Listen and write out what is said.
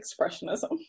expressionism